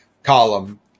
Column